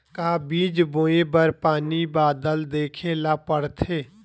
का बीज बोय बर पानी बादल देखेला पड़थे?